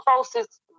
closest